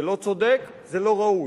זה לא צודק, זה לא ראוי.